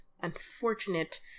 unfortunate